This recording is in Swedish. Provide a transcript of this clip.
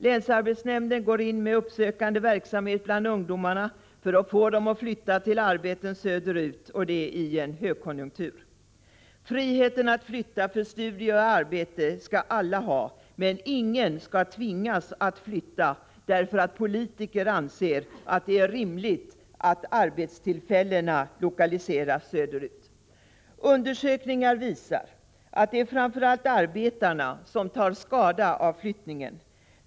Länsarbetsnämnden går in med uppsökande verksamhet bland ungdomarna för att få dem att flytta till arbeten söderut — och det i en högkonjunktur. Friheten att flytta för studier och arbete skall alla ha — men ingen skall tvingas att flytta därför att politiker anser att det är rimligt att arbetstillfällena lokaliseras söderut. Undersökningar visar att det framför allt är arbetarna som tar skada av flyttningen.